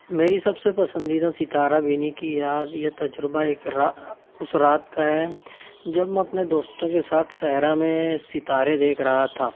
میری سب سے پسندیدہ ستارہ بینی کی یاد یا تجربہ ایک اس رات کا ہے جب میں اپنے دوستوں کے ساتھ صحرا میں ستارے دیکھ رہا تھا